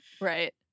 right